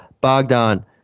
Bogdan